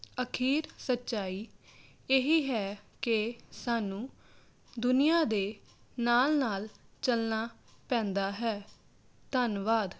ਅਖੀਰ ਸੱਚਾਈ ਇਹੀ ਹੈ ਕਿ ਸਾਨੂੰ ਦੁਨੀਆ ਦੇ ਨਾਲ ਨਾਲ ਚੱਲਣਾ ਪੈਂਦਾ ਹੈ ਧੰਨਵਾਦ